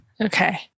okay